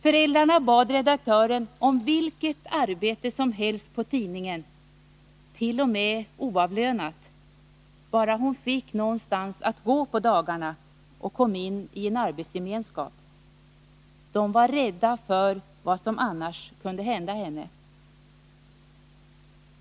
Föräldrarna bad redaktören om vilket arbete som helst på tidningen, t.o.m. oavlönat, bara hon fick någonstans att gå på dagarna och kom ini en arbetsgemenskap. De var rädda för vad som annars kunde hända henne.